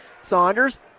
Saunders